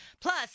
Plus